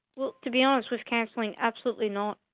well to be honest, with counselling, absolutely not.